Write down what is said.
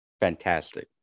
Fantastic